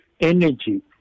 energy